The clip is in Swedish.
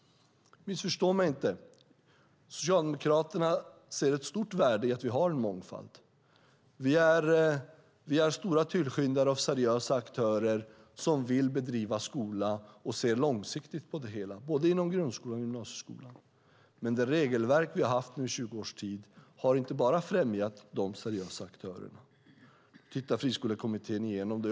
Missförstå mig inte. Socialdemokraterna ser ett stort värde i att vi har en mångfald. Vi är stora tillskyndare av seriösa aktörer som vill bedriva skolor och ser långsiktigt på det hela, inom både grundskolan och gymnasieskolan. Men det regelverk vi har haft i 20 års tid har inte bara främjat de seriösa aktörerna. Nu tittar Friskolekommittén igenom det.